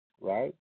right